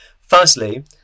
firstly